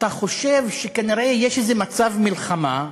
אתה חושב שכנראה יש איזה מצב מלחמה,